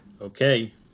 Okay